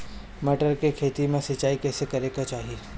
मटर के खेती मे सिचाई कइसे करे के चाही?